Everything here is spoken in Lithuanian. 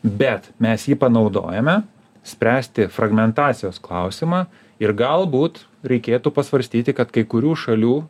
bet mes jį panaudojome spręsti fragmentacijos klausimą ir galbūt reikėtų pasvarstyti kad kai kurių šalių